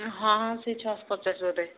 ହଁ ସେହି ଛଅ ଶହ ପଚାଶ ଗୋଟିଏ